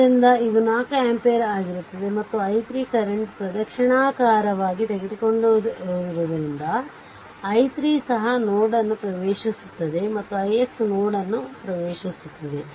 ಆದ್ದರಿಂದ ಇದು 4 ಆಂಪಿಯರ್ ಆಗಿರುತ್ತದೆ ಮತ್ತು i3 ಕರೆಂಟ್ ಪ್ರದಕ್ಷಿಣಾಕಾರವಾಗಿ ತೆಗೆದುಕೊಂಡಿರುವುದರಿಂದ i3 ಸಹ ನೋಡ್ ಅನ್ನು ಪ್ರವೇಶಿಸುತ್ತದೆ ಮತ್ತು ix ನೋಡ್ ಅನ್ನು ಪ್ರವೇಶಿಸುತ್ತದೆ